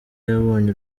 yabonye